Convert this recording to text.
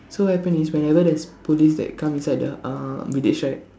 so what happen is whenever there's police that comes inside the uh village right